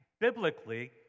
biblically